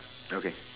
okay